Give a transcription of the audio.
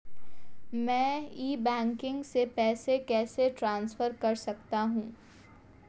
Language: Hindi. मैं ई बैंकिंग से पैसे कैसे ट्रांसफर कर सकता हूं?